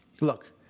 look